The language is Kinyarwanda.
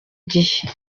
gihe